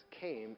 came